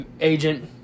agent